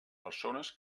persones